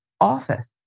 office